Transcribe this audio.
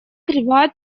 кривая